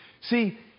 See